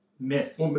myth